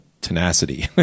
tenacity